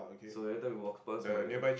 so every time we walk pass my